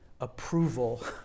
approval